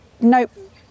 nope